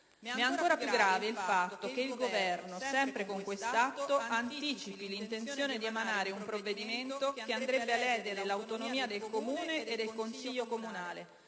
è ancora più grave il fatto che il Governo, attraverso questo atto, anticipi l'intenzione di emanare un provvedimento che andrebbe a ledere l'autonomia del Comune e del consiglio comunale,